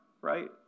right